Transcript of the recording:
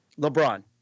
lebron